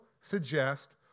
suggest